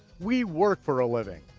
we work for a living,